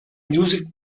music